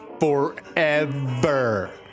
Forever